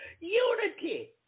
Unity